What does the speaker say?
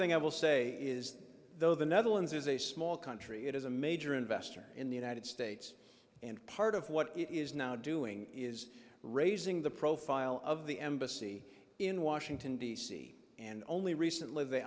thing i will say is though the netherlands is a small country it is a major investor in the united states and part of what it is now doing is raising the profile of the embassy in washington d c and only recently they